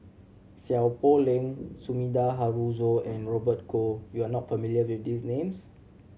Seow Poh Leng Sumida Haruzo and Robert Goh you are not familiar with these names